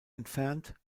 entfernt